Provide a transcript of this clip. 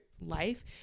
life